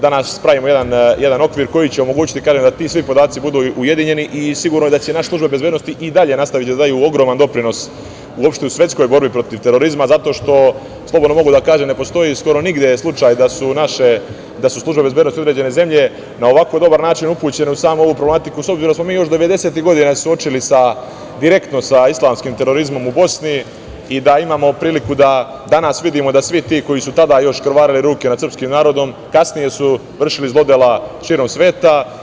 Danas pravimo jedan okvir koji će omogućiti, kažem, da svi ti podaci budu ujedinjeni i sigurno je da će naše službe bezbednosti i dalje nastaviti da daju ogroman doprinos uopšte u svetskoj borbi protiv terorizma zato što, slobodno mogu da kažem, ne postoji skoro nigde slučaj da su službe bezbednosti određene zemlje na ovako dobar način upućene u samu ovu problematiku, s obzirom da smo se mi još devedesetih godina suočili direktno sa islamskim terorizmom u Bosni i da imamo priliku da danas vidimo da svi ti koji su tada još krvarili ruke nad srpskim narodom kasnije su vršili zlodela širom sveta.